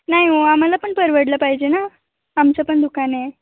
नाही हो आम्हाला पण परवडलं पाहिजे ना आमचं पण दुकान आहे